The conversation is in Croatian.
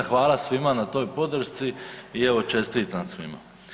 Hvala svima na toj podršci i evo čestitam svima.